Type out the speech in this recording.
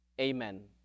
Amen